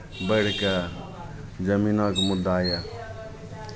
बढ़ि कऽ जमीनक मुद्दा यए